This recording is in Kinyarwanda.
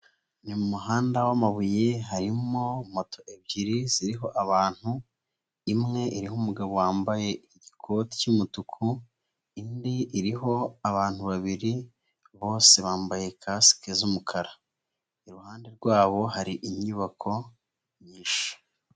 Mu muhanda wa'amabuye harimo moto ebyiri ziriho abantu imwe iriho umugabo wambaye igikoti cy'umutuku indi iriho abantu babiri bose bambaye kasike z'umukara iruhande rwabo hari inyubako nyinshi.